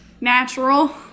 Natural